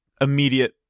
immediate